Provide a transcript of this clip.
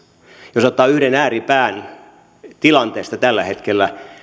jos ottaa yhden ääripään tilanteesta tällä hetkellä